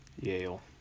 Yale